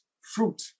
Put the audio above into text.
fruit